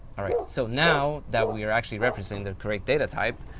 alright. so now that we are actually referencing the correct data type,